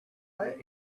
let